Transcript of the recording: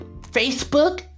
Facebook